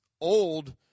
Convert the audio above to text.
old